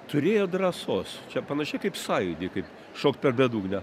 turėjo drąsos čia panašiai kaip sąjūdį kaip šokt per bedugnę